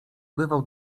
bywał